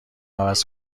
عوض